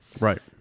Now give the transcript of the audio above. right